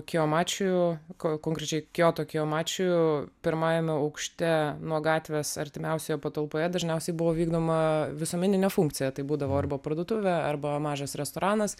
kiomačiu ko konkrečiai kijoto kiomačiu pirmajame aukšte nuo gatvės artimiausioje patalpoje dažniausiai buvo vykdoma visuomeninė funkcija tai būdavo arba parduotuvė arba mažas restoranas